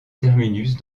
terminus